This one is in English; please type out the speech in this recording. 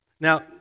Now